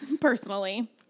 Personally